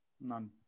None